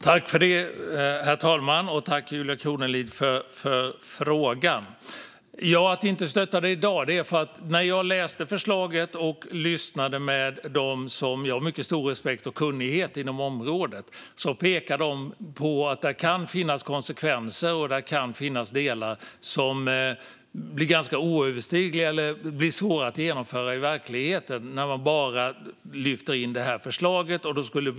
Herr talman! Tack, Julia Kronlid, för frågan! När jag hade läst förslaget lyssnade jag på dem som är mycket respekterade och kunniga inom området. Eftersom de pekade på att det kan finnas konsekvenser och delar som blir ganska oöverstigliga eller svåra att genomföra i verkligheten om man bara lyfter in det här förslaget. Därför stöttar vi inte förslaget i dag.